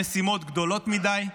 המשימות גדולות מדי,